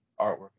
artwork